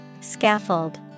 Scaffold